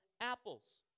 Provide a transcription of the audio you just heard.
apples